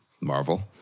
Marvel